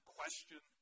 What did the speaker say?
question